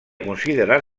considerar